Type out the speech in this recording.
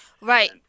Right